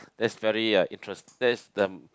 that's very uh interest that's the